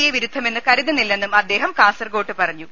A വിരുദ്ധമെന്ന് കരുതുന്നില്ലെന്നും അദ്ദേഹം കാസർകോട്ട് പറഞ്ഞു